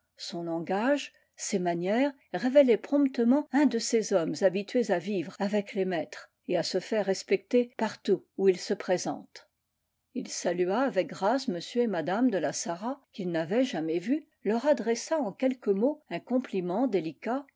son langage ses manières révélaient promptement un de ces hommes habitués à vivre avec les maîtres et à se faire respecter partout où ils se présentent il salua avec grâce m et mme de la sarraz qu'il n'avait jamais vus leur adressa en quelques mots un compliment délicat